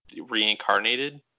reincarnated